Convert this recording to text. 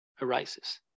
arises